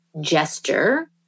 gesture